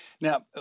Now